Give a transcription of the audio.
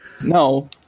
No